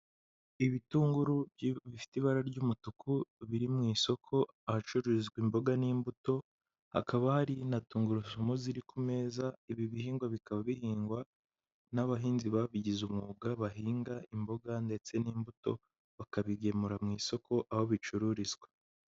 Ibitunguru bifite ibara ry'umutuku biri mu isoko, ahacururizwa imboga n'imbuto, hakaba hari na tungurusumu ziri ku meza, ibi bihingwa bikaba bihingwa n'abahinzi babigize umwuga bahinga imboga ndetse n'imbuto, bakabigemura mu isoko aho bicururizwa.